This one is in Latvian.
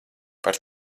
par